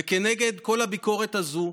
כנגד כל הביקורת הזו,